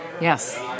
yes